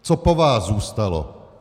Co po vás zůstalo?